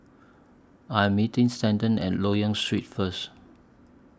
I Am meeting Stanton At Loyang Street First